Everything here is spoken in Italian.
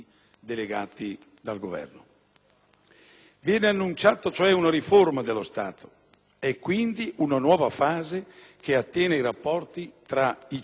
Viene annunciata, cioè, una riforma dello Stato e quindi una nuova fase che attiene ai rapporti tra i cittadini dell'intero Paese.